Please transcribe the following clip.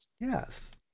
Yes